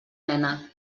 nena